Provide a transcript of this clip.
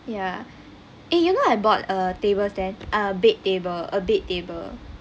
ya eh you know I bought a table a bed table a bed table